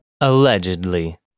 Allegedly